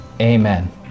amen